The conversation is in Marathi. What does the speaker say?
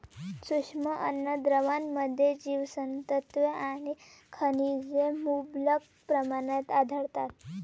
सूक्ष्म अन्नद्रव्यांमध्ये जीवनसत्त्वे आणि खनिजे मुबलक प्रमाणात आढळतात